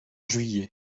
juillet